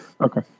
Okay